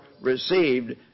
received